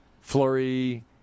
Flurry